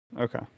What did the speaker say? okay